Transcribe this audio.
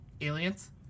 Aliens